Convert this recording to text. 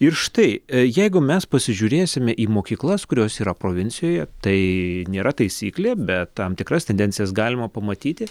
ir štai jeigu mes pasižiūrėsime į mokyklas kurios yra provincijoje tai nėra taisyklė bet tam tikras tendencijas galima pamatyti